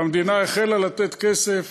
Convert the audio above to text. והמדינה החלה לתת כסף